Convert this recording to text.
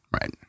right